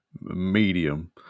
medium